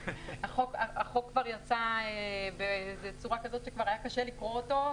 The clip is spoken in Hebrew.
החוק יצא בצורה כזאת שכבר היה קשה לקרוא אותו,